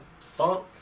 funk